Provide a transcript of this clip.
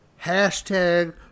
hashtag